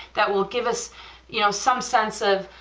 that will give us you know some sense of